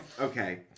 Okay